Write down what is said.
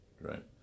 right